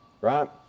right